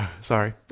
Sorry